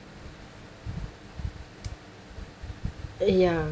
ya